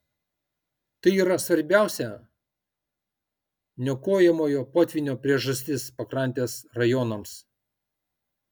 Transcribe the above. tai yra svarbiausia niokojamojo potvynio priežastis pakrantės rajonams